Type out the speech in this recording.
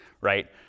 right